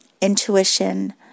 intuition